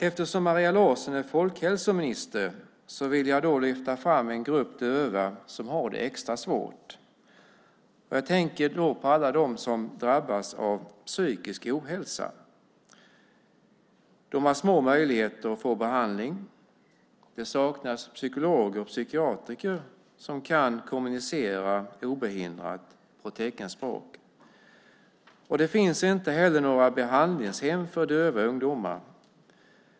Eftersom Maria Larsson är folkhälsominister vill jag lyfta fram en grupp döva som har det extra svårt. Jag tänker på alla dem som drabbas av psykisk ohälsa. De har små möjligheter att få behandling. Det saknas psykologer och psykiatrer som kan kommunicera obehindrat på teckenspråk. Det finns inte heller några behandlingshem för döva ungdomar.